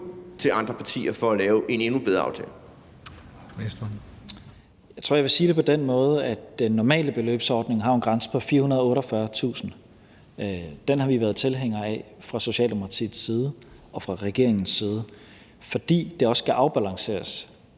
og integrationsministeren (Mattias Tesfaye): Jeg tror, jeg vil sige det på den måde, at den normale beløbsordning jo har en grænse på 448.000 kr. Den har vi været tilhængere af fra Socialdemokratiets side og fra regeringens side, fordi det også skal afbalanceres.